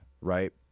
right